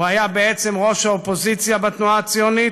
הוא היה בעצם ראש האופוזיציה בתנועה הציונית,